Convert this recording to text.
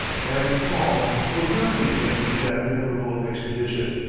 and paul, who accompanied him in that memorable expedition.